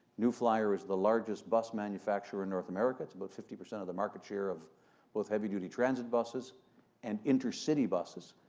new flyer is the largest bus manufacturer in north america. it's about fifty percent of the market share of both heavy duty transit buses and intercity buses.